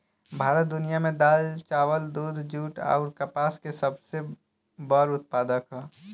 भारत दुनिया में दाल चावल दूध जूट आउर कपास के सबसे बड़ उत्पादक ह